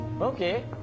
Okay